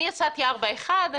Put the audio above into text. אני הצעתי ארבע אחת,